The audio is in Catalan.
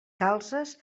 calzes